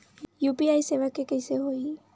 UPI सेवा के कइसे होही?